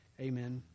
amen